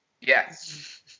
yes